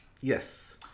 Yes